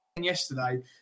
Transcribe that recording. yesterday